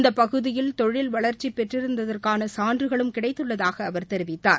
இந்தபகுதியில் தொழில் வளர்ச்சிபெற்றிருந்ததற்கானசான்றுகளும் கிடைத்துள்ளதாகஅவர் தெரிவித்தார்